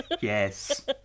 Yes